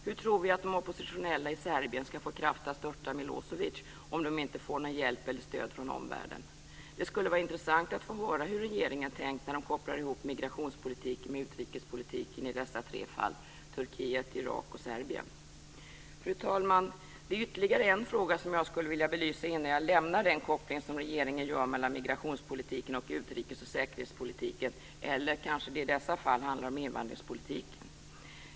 Hur tror vi att de oppositionella i Serbien ska få kraft att störta Milosevic om de inte får hjälp eller stöd från omvärlden? Det skulle vara intressant att få höra hur regeringen tänkt när den kopplar ihop migrationspolitiken med utrikespolitiken i dessa tre fall - Turkiet, Fru talman! Det är ytterligare en fråga som jag skulle vilja belysa innan jag lämnar den koppling som regeringen gör mellan migrationspolitiken och utrikes och säkerhetspolitiken - eller handlar det kanske i dessa fall om invandringspolitiken?